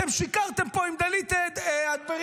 אתם שיקרתם פה עם גלית אטבריאן,